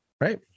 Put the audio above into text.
right